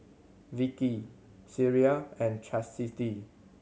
Vicky Sierra and Chasity